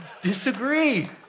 Disagree